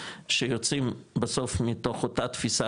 שיוצאים בסוף מאותה תפיסה,